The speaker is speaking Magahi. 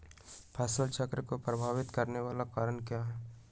फसल चक्र को प्रभावित करने वाले कारक क्या है?